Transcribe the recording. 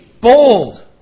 Bold